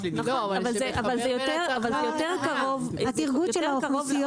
--- אבל זה יותר קרוב לעוקץ מאשר פרסומת